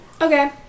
Okay